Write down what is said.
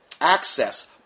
access